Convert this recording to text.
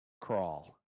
crawl